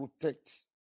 protect